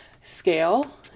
scale